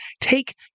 take